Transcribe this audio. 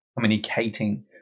communicating